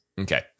Okay